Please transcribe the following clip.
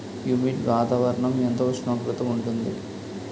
Humid వాతావరణం ఎంత ఉష్ణోగ్రత ఉంటుంది?